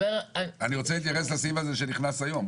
אני רוצה להתייחס לסעיף זה שנכנס היום.